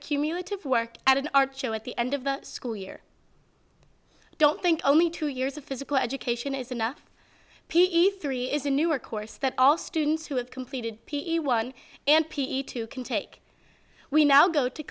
cumulative work at an art show at the end of the school year don't think only two years of physical education is enough p e three is a newer course that all students who have completed a one and p two can take we now go to